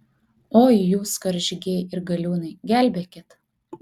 oi jūs karžygiai ir galiūnai gelbėkit